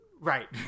Right